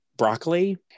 broccoli